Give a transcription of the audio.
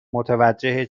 متوجه